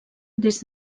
des